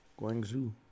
Guangzhou